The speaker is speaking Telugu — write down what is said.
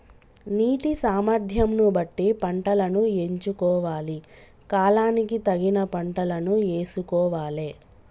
నీటి సామర్థ్యం ను బట్టి పంటలను ఎంచుకోవాలి, కాలానికి తగిన పంటలను యేసుకోవాలె